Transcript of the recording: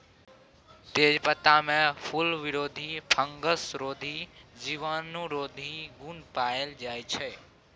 तेजपत्तामे फुलबरोधी, फंगसरोधी, जीवाणुरोधी गुण पाएल जाइ छै